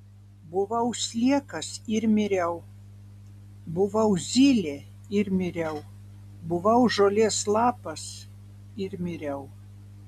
buvau sliekas ir miriau buvau zylė ir miriau buvau žolės lapas ir miriau